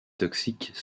toxiques